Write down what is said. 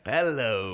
Hello